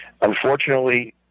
Unfortunately